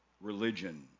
religion